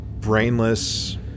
brainless